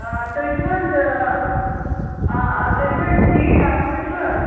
آ تُہۍ چھِو حظ آ تُہۍ چھِو حظ ٹھیٖک اصل پٲٹھۍ چھو